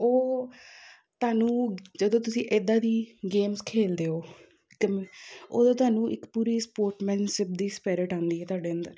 ਉਹ ਤੁਹਾਨੂੰ ਜਦੋਂ ਤੁਸੀਂ ਇੱਦਾਂ ਦੀ ਗੇਮਸ ਖੇਡਦੇ ਹੋ ਤਾਂ ਉਦੋਂ ਤੁਹਾਨੂੰ ਇੱਕ ਪੂਰੀ ਸਪੋਰਟਮੈਨਸਿਪ ਦੀ ਸਪਿਰਿਟ ਆਉਂਦੀ ਹੈ ਤੁਹਾਡੇ ਅੰਦਰ